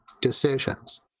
decisions